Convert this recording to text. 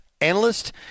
analyst